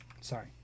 sorry